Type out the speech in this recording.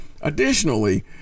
Additionally